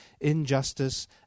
injustice